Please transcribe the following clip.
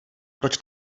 proč